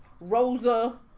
rosa